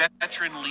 veteran